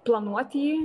planuot jį